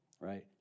right